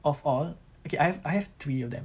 of all okay I have I have three of them